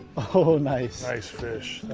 oh, nice. nice fish.